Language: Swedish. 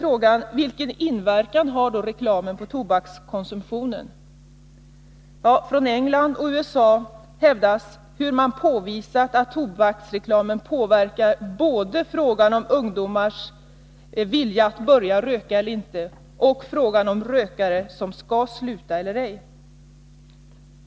Vilken inverkan har då reklamen på tobakskonsumtionen? I England och USA hävdas att man påvisat att tobaksreklam påverkar både ungdomars vilja att börja röka och rökares vilja att sluta.